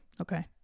Okay